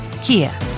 Kia